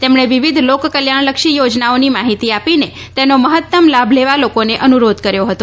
તેમણે વિવિધ લોક કલ્યાણલક્ષી યોજનાઓની માહિતી આપીને તેનો મહત્તમ લાભ લેવા લોકોને અનુરોધ કર્યો હતો